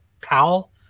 Powell